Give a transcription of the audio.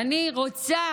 ואני רוצה